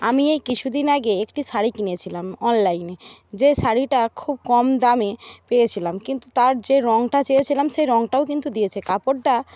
আমি এই কিছুদিন আগে একটি শাড়ি কিনেছিলাম অনলাইনে যে শাড়িটা খুব কম দামে পেয়েছিলাম কিন্তু তার যে রঙটা চেয়েছিলাম সেই রঙটাও কিন্তু দিয়েছে কাপড়টা